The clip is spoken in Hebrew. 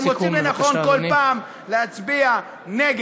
אתם מוצאים לנכון כל פעם להצביע נגד.